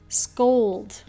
？scold，